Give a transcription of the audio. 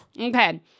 Okay